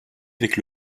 avec